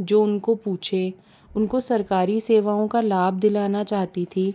जो उनको पूछें उनको सरकारी सेवाओं का लाभ दिलाना चाहती थी